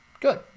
good